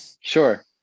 Sure